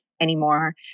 anymore